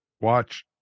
watch